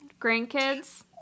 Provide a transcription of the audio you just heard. grandkids